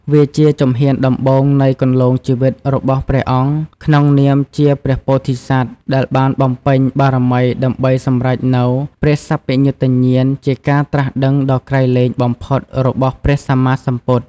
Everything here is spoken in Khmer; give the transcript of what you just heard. វាជាជំហានដំបូងនៃគន្លងជីវិតរបស់ព្រះអង្គក្នុងនាមជាព្រះពោធិសត្វ ដែលបានបំពេញបារមីដើម្បីសម្រេចនូវព្រះសព្វញុតញ្ញាណ ជាការដឹងដ៏ក្រៃលែងបំផុតរបស់ព្រះសម្មាសម្ពុទ្ធ។